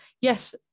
yes